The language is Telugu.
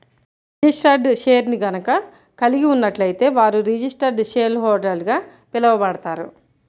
రిజిస్టర్డ్ షేర్ని గనక కలిగి ఉన్నట్లయితే వారు రిజిస్టర్డ్ షేర్హోల్డర్గా పిలవబడతారు